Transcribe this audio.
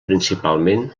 principalment